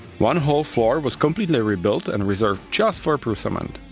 one whole floor was completely rebuild and reserved just for prusament.